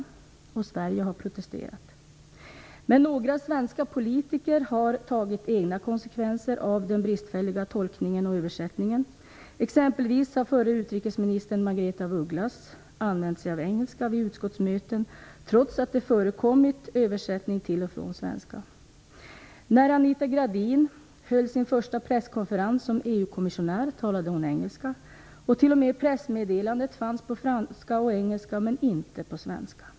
Sverige har visserligen protesterat, men några svenska politiker har tagit egna konsekvenser av den bristfälliga tolkningen och översättningen. Exempelvis har förra utrikesministern Margaretha af Ugglas använt sig av engelska vid utskottsmöten, trots att det förekommit översättning till och från svenska. När Anita Gradin höll sin första presskonferens som EU kommissionär talade hon engelska. Det var t.o.m. så att pressmeddelandet fanns på franska och engelska men inte på svenska.